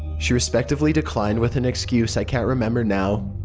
she respectfully declined with an excuse i can't remember now.